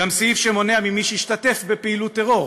גם סעיף שמונע זאת ממי שהשתתף בפעילות טרור